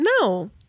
No